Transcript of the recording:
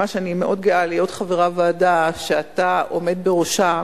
ממש אני מאוד גאה להיות חברה בוועדה שאתה עומד בראשה,